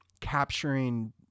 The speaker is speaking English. capturing